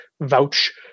vouch